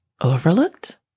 overlooked